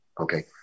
okay